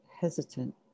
hesitant